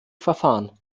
verfahren